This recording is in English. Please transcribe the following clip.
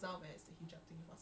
is it on suria